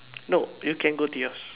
no you can go to yours